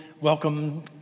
welcome